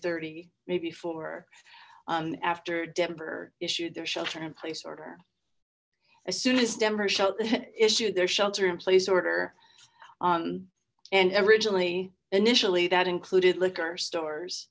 thirty maybe four after denver issued their shelter in place order as soon as denver shall issued their shelter in place order on and originally initially that included liquor stores